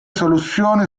soluzioni